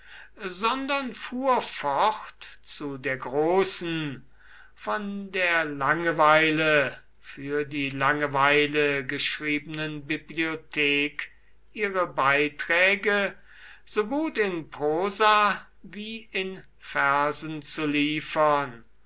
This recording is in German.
sondern fuhr fort zu der großen von der langenweile für die langeweile geschriebenen bibliothek ihre beiträge so gut in prosa wie in versen zu liefern